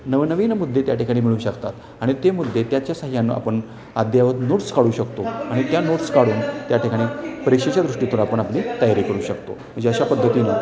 नवनवीन मुद्दे त्या ठिकाणी मिळू शकतात आणि ते मुद्दे त्याच्या साहाय्याने आपण अद्यायावत नोट्स काढू शकतो आणि त्या नोट्स काढून त्या ठिकाणी प्रेक्षेच्या दृष्टीतुन आपण आपली तयारी करू शकतो म्हणजे अशा पद्धतीने